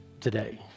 today